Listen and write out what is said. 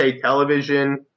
television